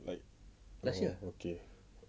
like oh okay